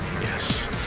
Yes